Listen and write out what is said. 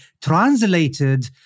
translated